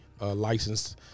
licensed